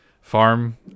farm